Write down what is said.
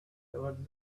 towards